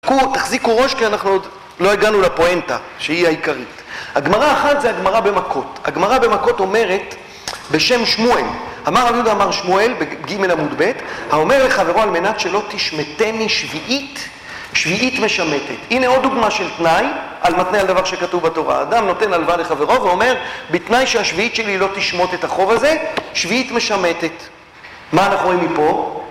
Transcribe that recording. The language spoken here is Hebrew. תחזיקו ראש כי אנחנו עוד לא הגענו לפואנטה שהיא העיקרית הגמרה אחת זה הגמרה במכות הגמרה במכות אומרת בשם שמואל אמר על יהודה אמר שמואל בג' מ' ב' האומר לחברו על מנת שלא תשמטני שביעית שביעית משמטת הנה עוד דוגמה של תנאי על מתנה על דבר שכתוב בתורה האדם נותן הלוואה לחברו ואומר בתנאי שהשביעית שלי לא תשמוט את החוב הזה שביעית משמטת מה אנחנו רואים מפה?